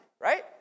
right